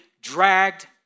Dragged